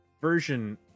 version